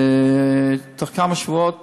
בתוך כמה שבועות